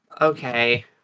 Okay